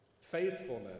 faithfulness